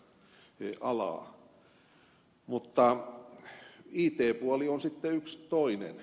mutta it puoli on sitten toinen